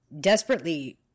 desperately